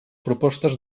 propostes